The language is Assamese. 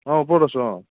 অঁ ওপৰত আছোঁ অঁ